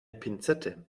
pinzette